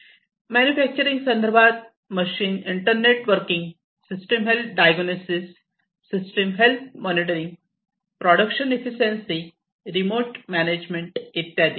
manufacturing संदर्भात machine internetworking system health diagnosis system health monitoring production efficiency remote management इत्यादी